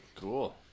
cool